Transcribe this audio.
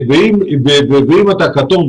אם אתה כתום,